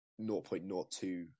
0.02